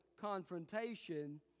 confrontation